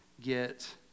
get